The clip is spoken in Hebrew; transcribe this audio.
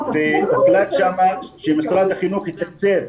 הוחלט שם שמשרד החינוך יתקצב